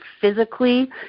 physically